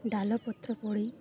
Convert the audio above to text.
ଡାଳ ପତ୍ର ପଡ଼ି